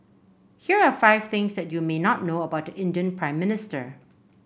here are five things that you may not know about the Indian Prime Minister